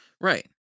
Right